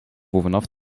bovenaf